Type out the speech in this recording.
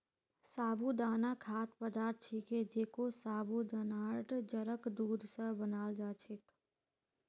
साबूदाना खाद्य पदार्थ छिके जेको साबूदानार जड़क दूध स बनाल जा छेक